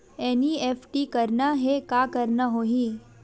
NEFT करना हे का करना होही?